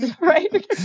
right